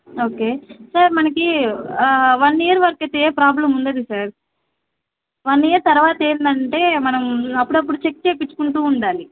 okay sir మనకి one year వరకైతే ఏ ప్రాబ్లం ఉండదు సార్ వన్ ఇయర్ తరువాత ఏంటంటే మనం అప్పుడప్పుడు చెక్ చెయ్యింకుంటూ ఉండాలి